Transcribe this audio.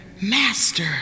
master